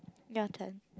your turn